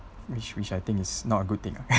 which which I think is not a good thing